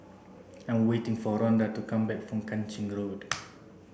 I'm waiting for Ronda to come back from Kang Ching Road